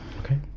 Okay